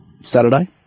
Saturday